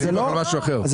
זה